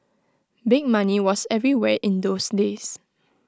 big money was everywhere in those days